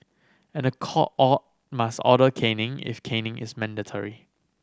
and the court all must order caning if caning is mandatory